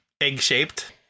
egg-shaped